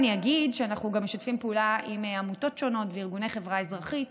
אני אגיד שאנחנו גם משתפים פעולה עם עמותות שונות וארגוני חברה אזרחית